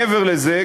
מעבר לזה,